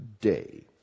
day